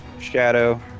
Shadow